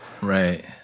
Right